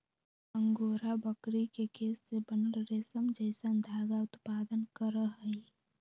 angora बकरी के केश से बनल रेशम जैसन धागा उत्पादन करहइ